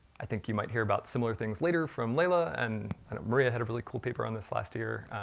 i think you might hear about similar things later from layla, and i know maria had a really cool paper on this last year,